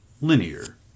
linear